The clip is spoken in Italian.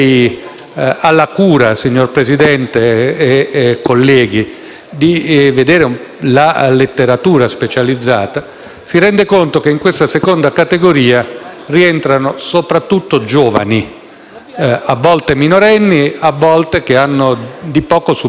di vedere la letteratura specializzata, vi rendereste conto che in questa seconda categoria rientrano soprattutto giovani, a volte minorenni, a volte che hanno di poco superato la maggiore età.